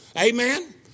Amen